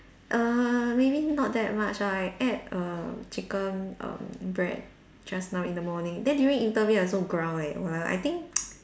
err maybe not that much ah I ate err chicken err bread just now in the morning then during interview I also growl eh !wah! I think